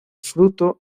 fruto